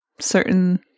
certain